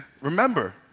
Remember